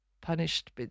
punished